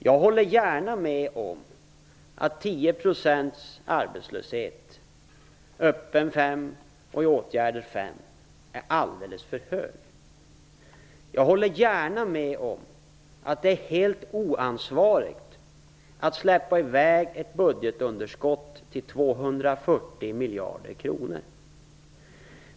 Jag håller gärna med om att 10 % arbetslöshet, 5 % öppen arbetslöshet och 5 % i åtgärder är alldeles för mycket. Jag håller gärna med om att det är helt oansvarigt att släppa i väg ett budgetunderskott till 240 miljarder kronor.